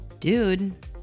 Dude